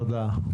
תודה.